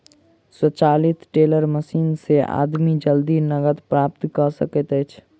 स्वचालित teller machine से आदमी जल्दी नकद प्राप्त कय सकैत अछि